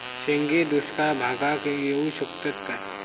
शेंगे दुष्काळ भागाक येऊ शकतत काय?